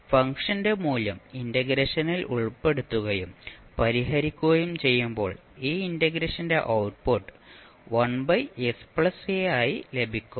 ഫംഗ്ഷന്റെ മൂല്യം ഇന്റഗ്രേഷനിൽ ഉൾപ്പെടുത്തുകയും പരിഹരിക്കുകയും ചെയ്യുമ്പോൾ ഈ ഇന്റഗ്രേഷന്റെ ഔട്ട്പുട്ട് ആയി ലഭിക്കും